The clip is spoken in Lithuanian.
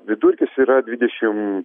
vidurkis yra dvidešim